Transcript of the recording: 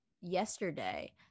yesterday